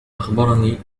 أخبرني